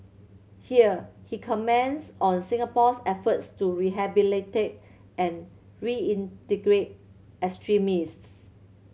here he comments on Singapore's efforts to rehabilitate and reintegrate extremists